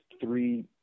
three